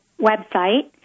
website